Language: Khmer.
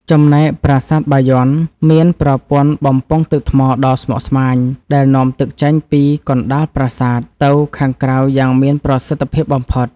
ចំណែកប្រាសាទបាយ័នមានប្រព័ន្ធបំពង់ទឹកថ្មដ៏ស្មុគស្មាញដែលនាំទឹកចេញពីកណ្តាលប្រាសាទទៅខាងក្រៅយ៉ាងមានប្រសិទ្ធភាពបំផុត។